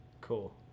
Cool